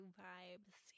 vibes